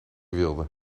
wilde